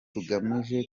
tugamije